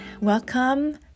welcome